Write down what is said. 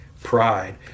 pride